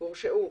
שהורשעו